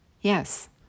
Yes